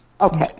Okay